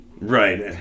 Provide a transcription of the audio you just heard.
Right